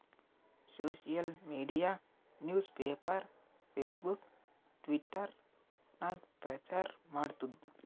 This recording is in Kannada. social media newspaper, Facebook, Twitter ನಾಗ್ ಪ್ರಚಾರ್ ಮಾಡ್ತುದ್